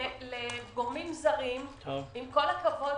לגורמים זרים, עם כל הכבוד